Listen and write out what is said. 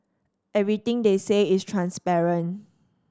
everything they say is transparent